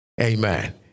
Amen